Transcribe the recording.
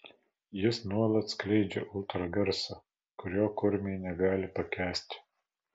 jis nuolat skleidžia ultragarsą kurio kurmiai negali pakęsti